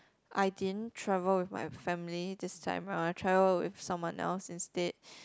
I didn't travel with my family this time round I travel with someone else instead